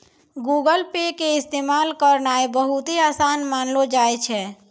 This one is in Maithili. गूगल पे के इस्तेमाल करनाय बहुते असान मानलो जाय छै